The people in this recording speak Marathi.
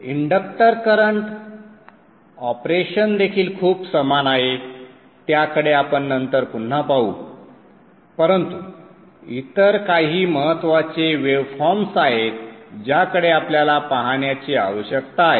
इंडक्टर करंट ऑपरेशन देखील खूप समान आहे त्याकडे आपण नंतर पुन्हा पाहू परंतु इतर काही महत्वाचे वेवफॉर्म्स आहेत ज्याकडे आपल्याला पाहण्याची आवश्यकता आहे